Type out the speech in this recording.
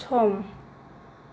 सम